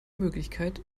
möglichkeit